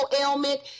ailment